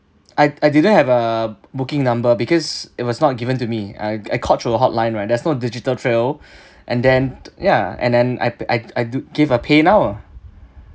I I didn't have a booking number because it was not given to me I I called through your hotline right there's no digital trail and then ya and then I I I do give a paynow ah